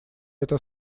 это